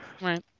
Right